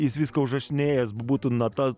jis viską užrašinėjęs būtų natas